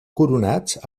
coronats